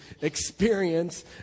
experience